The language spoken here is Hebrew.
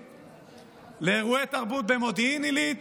לאירועי תרבות במודיעין עילית,